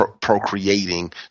procreating